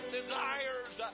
desires